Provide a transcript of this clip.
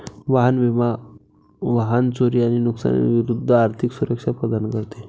वाहन विमा वाहन चोरी आणि नुकसानी विरूद्ध आर्थिक सुरक्षा प्रदान करते